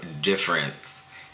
difference